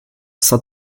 sans